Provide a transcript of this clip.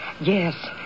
Yes